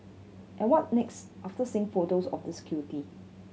and what next after seeing photos of this cutie